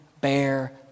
bear